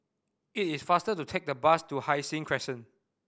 it is faster to take the bus to Hai Sing Crescent